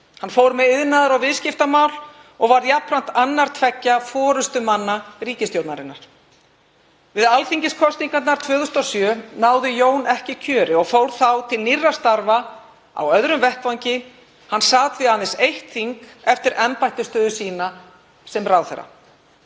Hann fór með iðnaðar- og viðskiptamál og varð jafnframt annar tveggja forustumanna ríkisstjórnarinnar. Við alþingiskosningarnar 2007 náði Jón ekki kjöri og fór þá til nýrra starfa á öðrum vettvangi. Hann sat því aðeins eitt þing eftir embættisstöðu sinni sem ráðherra.